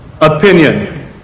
opinion